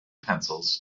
pencils